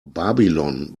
babylon